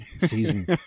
season